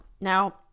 Now